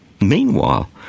Meanwhile